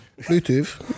Bluetooth